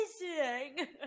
amazing